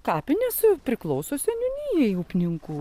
kapinės priklauso seniūnijai upninkų